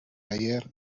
ayer